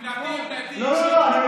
אבל להבהיר, להבהיר, עמדתי, אני מבין.